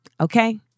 Okay